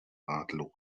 ratlos